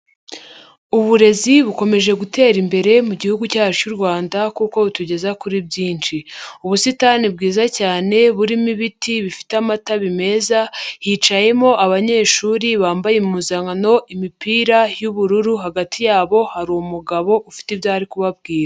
Uburezi bukomeje gutera imbere mu gihugu cyacu cy'u Rwanda kuko butugeza kuri byinshi. Ubusitani bwiza cyane burimo ibiti bifite amatabi meza, hicayemo abanyeshuri bambaye impuzankano imipira y'ubururu, hagati yabo hari umugabo ufite ibyo ari kubabwira.